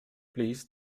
please